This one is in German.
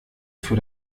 für